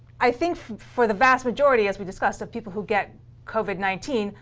i think for the vast majority, as we discussed, of people who get covid nineteen,